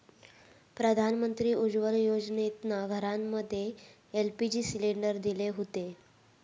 प्रधानमंत्री उज्ज्वला योजनेतना घरांमध्ये एल.पी.जी सिलेंडर दिले हुते